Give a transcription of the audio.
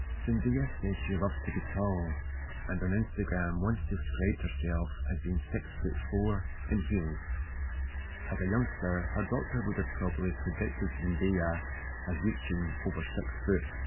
zendaya says she loves to be tall and on instagram once described herself as being six foot four in heels as a youngster, her doctor would have probably predicted zendaya as reaching over six foot,